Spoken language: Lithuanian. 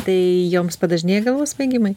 tai joms padažnėja galvos svaigimai